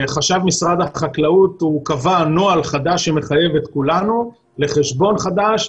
חשב משרד החקלאות קבע נוהל חדש שמחייב את כולנו לחשבון חדש,